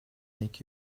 make